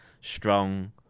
strong